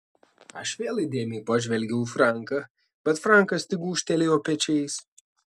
aš vėl įdėmiai pažvelgiau į franką bet frankas tik gūžtelėjo pečiais